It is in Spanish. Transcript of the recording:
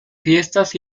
fiestas